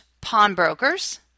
pawnbrokers